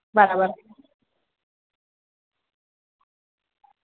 બરાબર